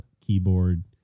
keyboard